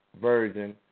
version